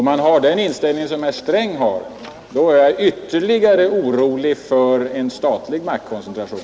Med herr Strängs inställning är jag ytterligare orolig för en statlig maktkoncentration.